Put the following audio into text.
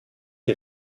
die